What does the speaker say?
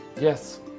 Yes